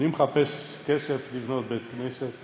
אני מחפש כסף לבנות בית-כנסת